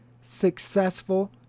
successful